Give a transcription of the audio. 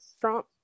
Trump